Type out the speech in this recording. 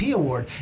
award